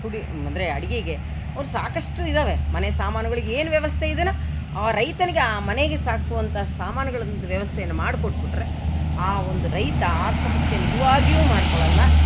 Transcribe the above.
ಪುಡಿ ಅಂದರೆ ಅಡುಗೆಗೆ ಅವ್ರು ಸಾಕಷ್ಟು ಇದಾವೆ ಮನೆ ಸಾಮಾನುಗಳಿಗೆ ಏನು ವ್ಯವಸ್ಥೆ ಇದೆ ಆ ರೈತನಿಗೆ ಆ ಮನೆಗೆ ಸಾಕುವಂಥ ಸಾಮಾನುಗಳೊಂದ್ ವ್ಯವಸ್ಥೆಯನ್ನು ಮಾಡ್ಕೊಟ್ಬಿಟ್ಟರೆ ಆ ಒಂದು ರೈತ ಆತ್ಮಹತ್ಯೆ ನಿಜವಾಗಿಯು ಮಾಡಿಕೊಳಲ್ಲ